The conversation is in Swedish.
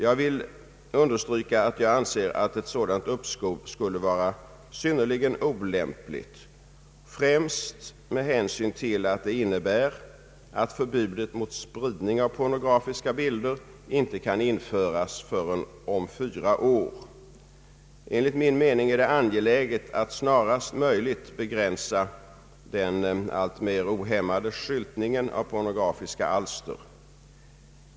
Jag vill understryka att jag anser att ett sådant uppskov skulle vara synnerligen olämpligt, främst med hänsyn till att det innebär att förbudet mot spridning av pornografiska bilder inte kan införas förrän om fyra år. Enligt min mening är det angeläget att snarast begränsa den alltmer ohämmade skyltningen av pornografiska alster.